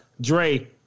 Dre